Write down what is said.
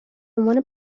عنوان